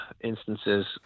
instances